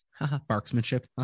barksmanship